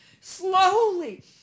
slowly